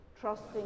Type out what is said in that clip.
trusting